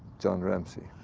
john ramsey